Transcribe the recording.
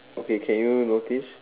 okay can you notice